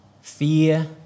fear